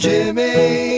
Jimmy